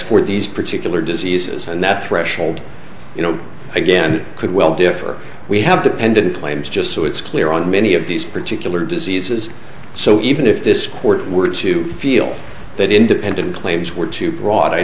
for these particular diseases and that threshold you know again could well differ we have depended claims just so it's clear on many of these particular diseases so even if this court were to feel that independent claims were too broad i